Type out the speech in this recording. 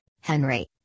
Henry